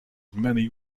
many